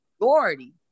majority